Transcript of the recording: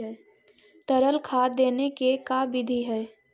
तरल खाद देने के का बिधि है?